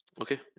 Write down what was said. Okay